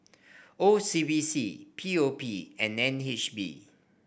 O C B C P O P and N H B